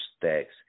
Stacks